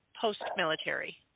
post-military